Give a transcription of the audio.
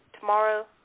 tomorrow